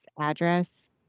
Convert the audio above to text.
address